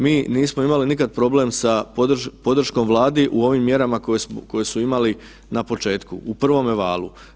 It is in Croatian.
Mi nismo imali nikad problem sa podrškom Vladi u ovim mjerama koje su imali na početku u prvome valu.